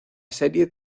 serie